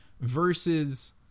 versus